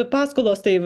paskolos tai